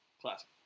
classic